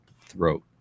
throat